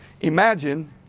Imagine